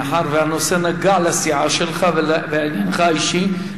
מאחר שהנושא נגע לסיעה שלך ולעניינך האישי,